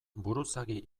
buruzagi